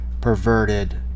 perverted